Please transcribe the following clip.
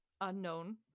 unknown